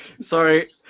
sorry